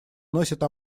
носит